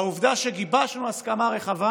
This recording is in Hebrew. העובדה שגיבשנו הסכמה רחבה